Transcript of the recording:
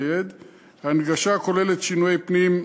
ההנגשה כוללת שינויי פנים,